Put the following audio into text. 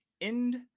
end